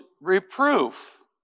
reproof